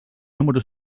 número